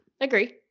agree